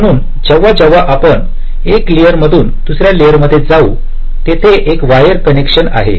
म्हणून जेव्हा जेव्हा आपण एका लेअर मधून दुसर्या लेअर मध्ये जाऊ तेथे एक वायर कनेक्शन आहे